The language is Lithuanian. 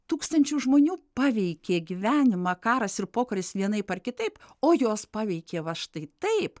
tūkstančių žmonių paveikė gyvenimą karas ir pokaris vienaip ar kitaip o jos paveikė va štai taip